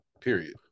period